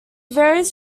varies